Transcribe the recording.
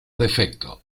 defecto